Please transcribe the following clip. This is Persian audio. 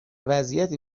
وضعیتی